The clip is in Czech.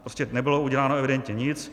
Prostě nebylo uděláno evidentně nic.